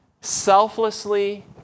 selflessly